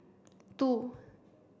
two